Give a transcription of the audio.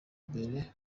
mbere